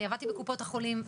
אני עבדתי בקופות החולים,